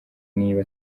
niba